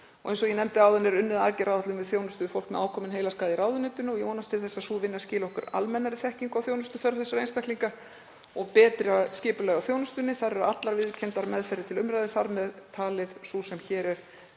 Eins og ég nefndi áðan er unnið að aðgerðaáætlun í þjónustu við fólk með ákominn heilaskaða í ráðuneytinu. Ég vonast til þess að sú vinna skili okkur almennri þekkingu á þjónustuþörf þessara einstaklinga og betra skipulagi á þjónustunni. Þar eru allar viðurkenndar meðferðir til umræðu, þar með talin sú sem hér er